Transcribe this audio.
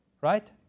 right